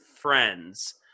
friends